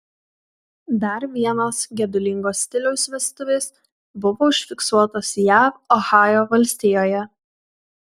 dar vienos gedulingo stiliaus vestuvės buvo užfiksuotos jav ohajo valstijoje